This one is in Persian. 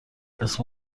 اسم